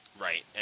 Right